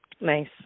Nice